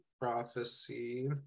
Prophecy